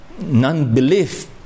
non-belief